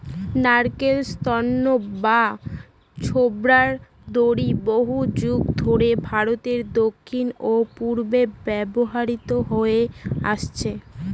নারকোল তন্তু বা ছোবড়ার দড়ি বহুযুগ ধরে ভারতের দক্ষিণ ও পূর্বে ব্যবহৃত হয়ে আসছে